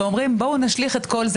ואומרים: בואו נשליך את כל זה